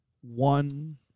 one